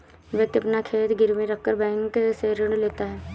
व्यक्ति अपना खेत गिरवी रखकर बैंक से ऋण लेता है